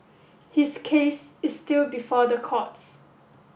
his case is still before the courts